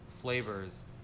flavors